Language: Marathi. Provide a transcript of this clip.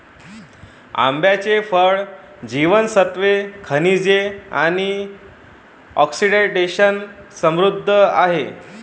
आंब्याचे फळ जीवनसत्त्वे, खनिजे आणि अँटिऑक्सिडंट्सने समृद्ध आहे